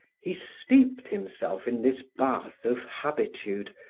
he steeped himself in this bath of habitude,